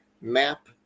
map